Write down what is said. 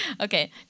Okay